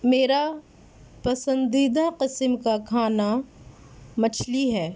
میرا پسندیدہ قسم کا کھانا مچھلی ہے